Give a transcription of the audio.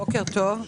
בוקר טוב.